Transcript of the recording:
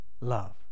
love